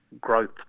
growth